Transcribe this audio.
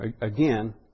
again